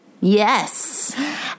Yes